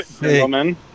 gentlemen